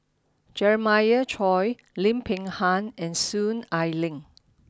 Jeremiah Choy Lim Peng Han and Soon Ai Ling